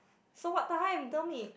so what time tell me